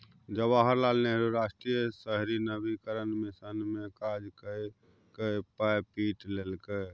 जवाहर लाल नेहरू राष्ट्रीय शहरी नवीकरण मिशन मे काज कए कए पाय पीट लेलकै